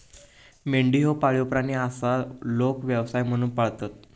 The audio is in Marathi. मेंढी ह्यो पाळीव प्राणी आसा, लोक व्यवसाय म्हणून पाळतत